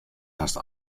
hast